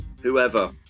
Whoever